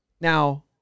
now